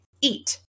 eat